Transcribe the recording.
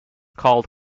called